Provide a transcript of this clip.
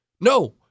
no